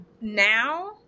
now